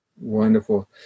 Wonderful